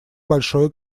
большое